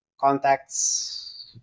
contacts